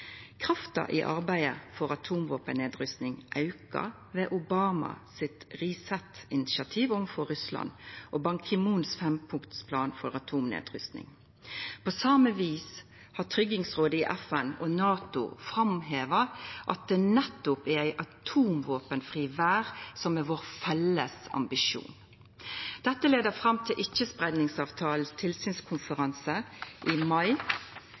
Krafta i arbeidet for atomvåpennedrusting auka ved Obamas «reset»-initiativ overfor Russland og Ban Ki-moons fempunktsplan for atomnedrusting. På same vis har Tryggingsrådet i FN og NATO framheva at det nettopp er ei atomvåpenfri verd som er vår felles ambisjon. Dette førte fram til ikkjespreiingsavtalens tilsynskonferanse i mai